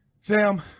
Sam